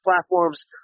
platforms